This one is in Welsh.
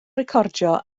recordio